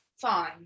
fine